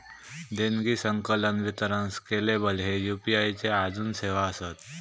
देणगी, संकलन, वितरण स्केलेबल ह्ये यू.पी.आई च्या आजून सेवा आसत